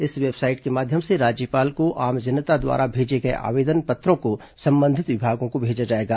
इस वेबसाइट के माध्यम से राज्यपाल को आम जनता द्वारा भेजे गए आवेदन पत्रों को संबंधित विभागों को भेजा जाएगा